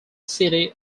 city